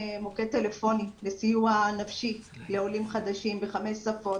טלפוני לסיוע נפשי לעולים חדשים בחמש שפות.